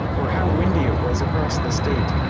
or how windy it was across the state.